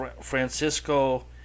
Francisco